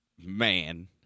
man